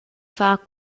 far